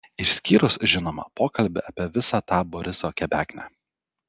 išskyrus žinoma pokalbį apie visą tą boriso kebeknę